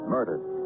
Murdered